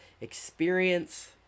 experience